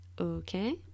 Okay